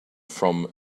from